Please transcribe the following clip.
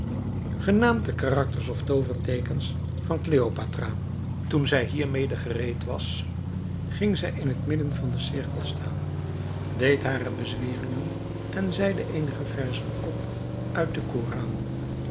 genaamd de karakters of tooverteekens van cleopatra toen zij hiermede gereed was ging zij in het midden van den cirkel staan deed hare bezweringen en zeide eenige verzen op uit den koran